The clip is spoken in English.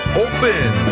open